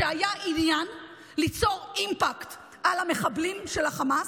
שהיה עניין ליצור אימפקט על המחבלים של החמאס,